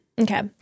Okay